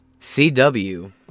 CW